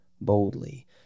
boldly